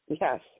Yes